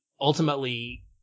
ultimately